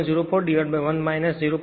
041 0